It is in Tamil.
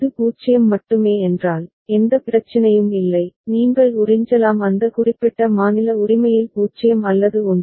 இது 0 மட்டுமே என்றால் எந்த பிரச்சினையும் இல்லை நீங்கள் உறிஞ்சலாம் அந்த குறிப்பிட்ட மாநில உரிமையில் 0 அல்லது 1